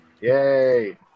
Yay